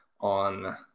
on